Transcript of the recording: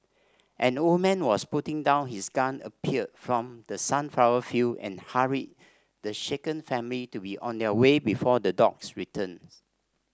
an old man was putting down his gun appeared from the sunflower field and hurried the shaken family to be on their way before the dogs return